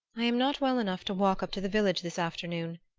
i am not well enough to walk up to the village this afternoon,